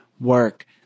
work